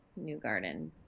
Newgarden